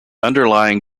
underlying